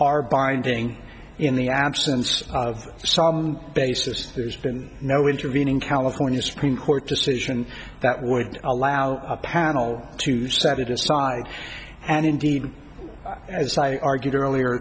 are binding in the absence of some basis there's been no intervening california supreme court decision that would allow a panel to set it aside and indeed as i argued earlier